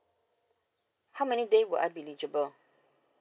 how many day would I be eligible